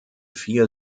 vier